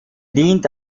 dient